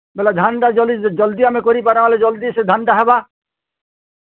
ବୋଲେ ଧାନ୍ଟା ଯଦି ଜଲ୍ଦି କରି ନେମା ବେଲେ ଜଲ୍ଦି ସେ ଧାନ୍ଟା ହେବା